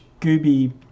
gooby